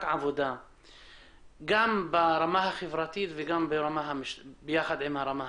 עבודה גם ברמה החברתית וגם ברמה המשטרתית.